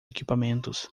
equipamentos